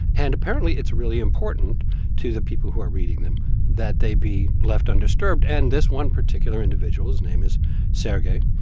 and apparently, it's really important to the people who are reading them that they be left undisturbed. and this one particular individual his name is sergey